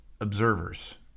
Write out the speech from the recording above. observers